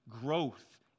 growth